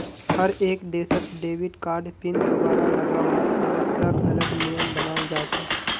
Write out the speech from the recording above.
हर एक देशत debit card pin दुबारा लगावार तने अलग अलग नियम बनाल जा छे